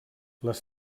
les